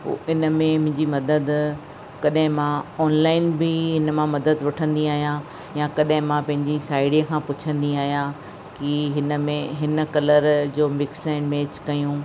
पोइ इन में मुंहिंजी मदद कॾहिं मां ऑनलाइन बि इन मां मदद वठंदी आहियां या कॾहिं मां पंहिंजी साहिड़ीअ खां पुछंदी आहियां की हिन में हिन कलर जो मिक्स ऐं मेच कयूं